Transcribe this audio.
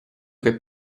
che